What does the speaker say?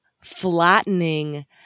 flattening